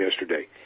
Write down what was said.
yesterday